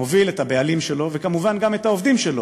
מוביל את הבעלים שלו, וכמובן גם את העובדים שלו,